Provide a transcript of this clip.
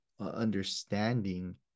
understanding